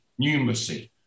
numeracy